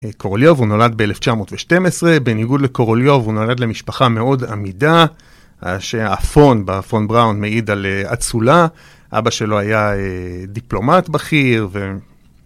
קורוליוב, הוא נולד ב-1912, בניגוד לקורוליוב הוא נולד למשפחה מאוד עמידה, שהאפון, באפון בראון, מעיד על עצולה. אבא שלו היה דיפלומט בכיר ו...